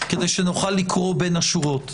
כדי שנוכל לקרוא בין השורות,